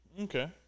Okay